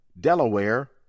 Delaware